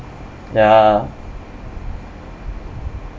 ya